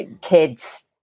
kids